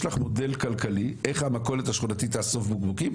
יש לך מודל כלכלי איך המכולת השכונתית תאסוף בקבוקים?